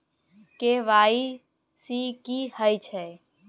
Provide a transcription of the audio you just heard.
KYC की हय छै?